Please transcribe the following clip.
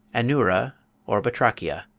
anura or batrachia.